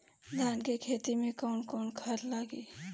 धान के खेती में कवन कवन खाद लागी?